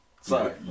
Sorry